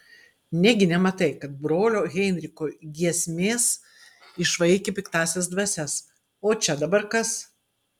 negi nematai kad brolio heinricho giesmės išvaikė piktąsias dvasias o čia dabar kas